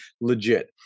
legit